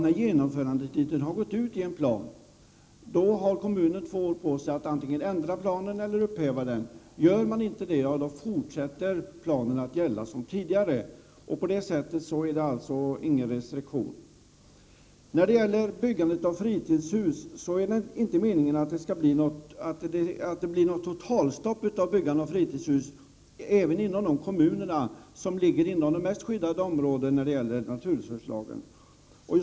När genomförandetiden för en plan har gått ut har kommunen två år på sig att antingen ändra planen eller upphäva den. Gör man inte det fortsätter planen att gälla som tidigare. I det avseendet är det alltså ingen restriktion. Det är inte meningen att det skall bli något totalstopp av byggandet av fritidshus, inte ens i de kommuner som ligger inom de mest skyddade områdena enligt naturresurslagen.